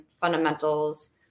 fundamentals